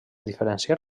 diferenciar